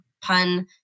Pun